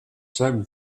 seinem